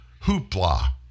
hoopla